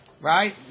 right